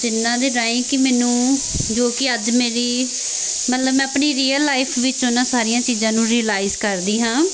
ਜਿਹਨਾਂ ਦੇ ਰਾਹੀਂ ਕਿ ਮੈਨੂੰ ਜੋ ਕਿ ਅੱਜ ਮੇਰੀ ਮਤਲਬ ਮੈਂ ਆਪਣੀ ਰੀਅਲ ਲਾਈਫ ਵਿੱਚੋਂ ਨਾ ਸਾਰੀਆਂ ਚੀਜ਼ਾਂ ਨੂੰ ਰਿਲਾਈਜ ਕਰਦੀ ਹਾਂ